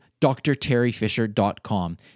drterryfisher.com